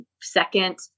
second